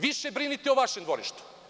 Više brinite o vašem dvorištu.